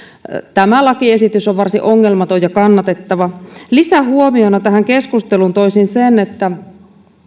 tämä lakiesitys on varsin ongelmaton ja kannatettava lisähuomiona tähän keskusteluun toisin sen että